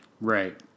Right